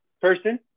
person